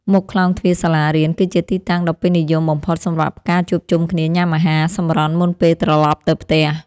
មុខខ្លោងទ្វារសាលារៀនគឺជាទីតាំងដ៏ពេញនិយមបំផុតសម្រាប់ការជួបជុំគ្នាញ៉ាំអាហារសម្រន់មុនពេលត្រឡប់ទៅផ្ទះ។